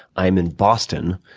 i'm in boston,